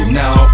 now